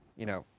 you know,